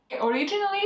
Originally